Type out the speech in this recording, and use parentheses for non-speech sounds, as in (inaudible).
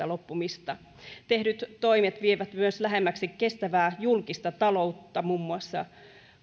(unintelligible) loppumista tehdyt toimet vievät myös lähemmäksi kestävää julkista taloutta muun muassa